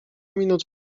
minut